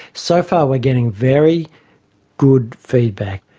so far we're getting very good feedback.